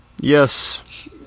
Yes